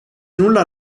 nulla